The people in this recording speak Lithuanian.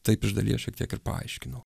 taip iš dalies šiek tiek ir paaiškinau